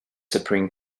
supreme